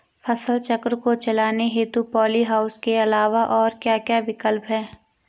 फसल चक्र को चलाने हेतु पॉली हाउस के अलावा और क्या क्या विकल्प हैं?